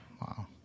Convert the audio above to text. Wow